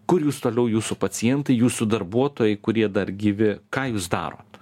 kur jūs toliau jūsų pacientai jūsų darbuotojai kurie dar gyvi ką jūs darot